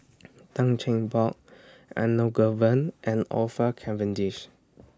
Tan Cheng Bock Elangovan and Orfeur